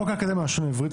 בחוק האקדמיה ללשון עברית,